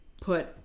put